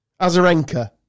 Azarenka